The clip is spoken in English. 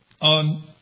on